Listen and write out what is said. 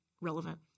relevant